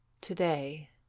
Today